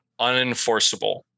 unenforceable